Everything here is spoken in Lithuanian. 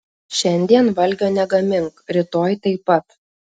šiandien valgio negamink rytoj taip pat